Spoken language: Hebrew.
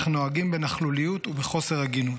אך נוהגים בנכלוליות ובחוסר הגינות,